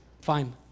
fine